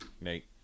Nate